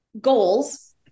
goals